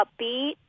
upbeat